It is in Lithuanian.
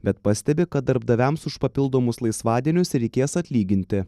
bet pastebi kad darbdaviams už papildomus laisvadienius reikės atlyginti